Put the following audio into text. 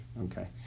Okay